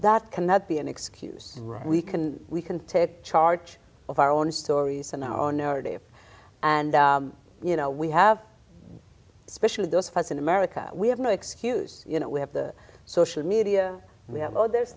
that cannot be an excuse we can we can take charge of our own stories in our own narrative and you know we have especially those fashion america we have no excuse you know we have the social media we have oh there's